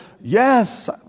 yes